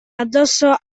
addosso